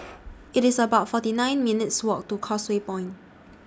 It's about forty nine minutes' Walk to Causeway Point